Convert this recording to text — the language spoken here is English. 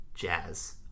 jazz